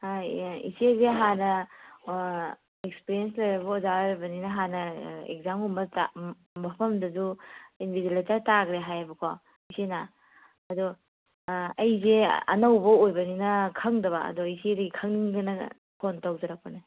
ꯏꯆꯦꯁꯦ ꯍꯥꯟꯅ ꯑꯦꯛꯁꯄꯔꯤꯌꯦꯟꯁ ꯂꯩꯔꯕ ꯑꯣꯖꯥ ꯑꯣꯏꯕꯅꯤꯅ ꯍꯥꯟꯅ ꯑꯦꯛꯖꯥꯝꯒꯨꯝꯕ ꯇꯥ ꯎꯝ ꯃꯐꯝꯗꯁꯨ ꯏꯟꯕꯤꯖꯤꯂꯦꯇꯔ ꯇꯥꯈ꯭ꯔꯦ ꯍꯥꯏꯌꯦꯕꯀꯣ ꯏꯆꯦꯅ ꯑꯗꯣ ꯑꯩꯁꯦ ꯑꯅꯧꯕ ꯑꯣꯏꯕꯅꯤꯅ ꯈꯪꯗꯕ ꯑꯗꯣ ꯏꯆꯦꯗꯒꯤ ꯈꯪꯅꯤꯡꯗꯅ ꯐꯣꯟ ꯇꯧꯖꯔꯛꯄꯅꯦ